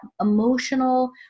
emotional